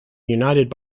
united